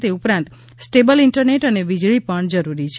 તે ઉપરાંત stable internet અને વીજળી પણ જરૂરી છે